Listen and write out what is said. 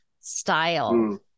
style